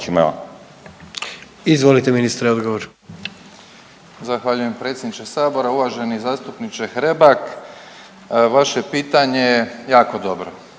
Izvolite ministre odgovor.